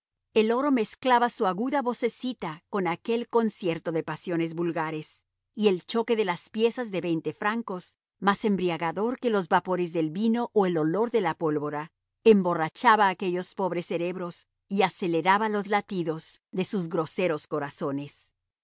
el oro mezclaba su aguda vocecita con aquel concierto de pasiones vulgares y el choque de las piezas de veinte francos más embriagador que los vapores del vino o el olor de la pólvora emborrachaba a aquellos pobres cerebros y aceleraba los latidos de sus groseros corazones